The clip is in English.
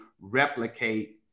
replicate